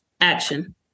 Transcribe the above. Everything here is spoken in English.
Action